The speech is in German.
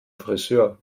frisör